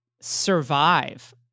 survive